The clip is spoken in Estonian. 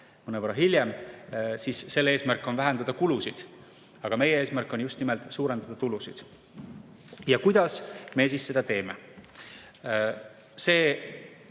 mõnevõrra hiljem, siis selle eesmärk on vähendada kulusid. Aga meie eesmärk on just nimelt suurendada tulusid. Kuidas me seda teeme? See